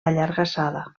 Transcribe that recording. allargassada